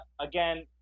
again